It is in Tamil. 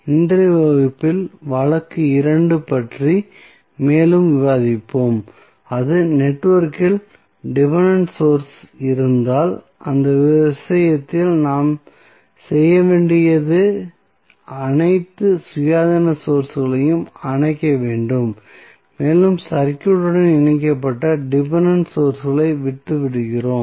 இன்றைய வகுப்பில் வழக்கு 2 ஐப் பற்றி மேலும் விவாதிப்போம் அதாவது நெட்வொர்க்கில் டிபென்டென்ட் சோர்ஸ்கள் இருந்தால் அந்த விஷயத்தில் நாம் செய்ய வேண்டியது அனைத்து சுயாதீன சோர்ஸ்களையும் அணைக்க வேண்டும் மேலும் சர்க்யூட்டுடன் இணைக்கப்பட்ட டிபென்டென்ட் சோர்ஸ்களை விட்டு விடுகிறோம்